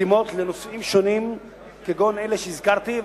חתימות לנושאים שונים כגון אלה שהזכרתי,